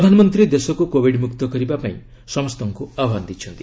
ପ୍ରଧାନମନ୍ତ୍ରୀ ଦେଶକୁ କୋବିଡ ମୁକ୍ତ କରିବା ପାଇଁ ସମସ୍ତଙ୍କୁ ଆହ୍ୱାନ ଦେଇଛନ୍ତି